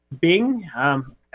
Bing